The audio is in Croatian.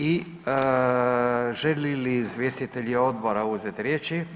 I želi li izvjestitelji odbora uzeti riječi?